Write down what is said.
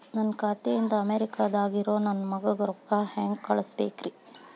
ನನ್ನ ಖಾತೆ ಇಂದ ಅಮೇರಿಕಾದಾಗ್ ಇರೋ ನನ್ನ ಮಗಗ ರೊಕ್ಕ ಹೆಂಗ್ ಕಳಸಬೇಕ್ರಿ?